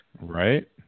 Right